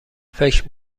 فکر